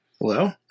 Hello